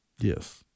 Yes